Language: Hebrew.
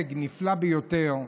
הישג נפלא ביותר,